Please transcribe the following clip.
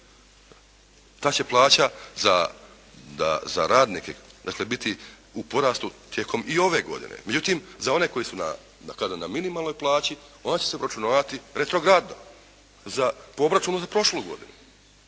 da će plaća za radnike, da će biti u porastu tijekom i ove godine. Međutim za one koji su na, da kažem na minimalnoj plaći ona će se obračunavati retrogradno po obračunu za prošlu godinu